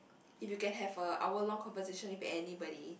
if you can have a hour long conversation with anybody